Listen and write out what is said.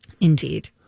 Indeed